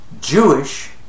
Jewish